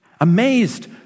amazed